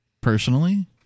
personally